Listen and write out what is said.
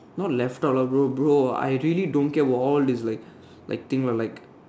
not left out lah bro bro I really don't care about all this like things like